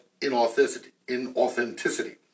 inauthenticity